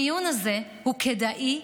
המיון הזה הוא כדאי,